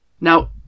Now